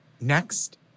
Next